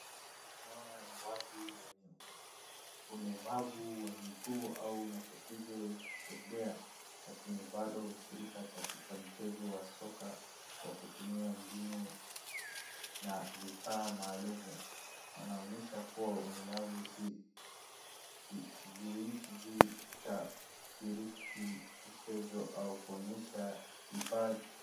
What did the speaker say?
Hawa ni watu wenye ulemavu wa miguu au matatizo ya kutembea lakini bado hushiriki katika mchezo wa soka kwa kutumia mbinu na vifaa maalumu. Wanaonyesha kuwa ulemavu si kizuizi cha kushiriki mchezo au kuonyesha kipaji.